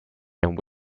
and